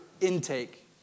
intake